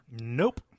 Nope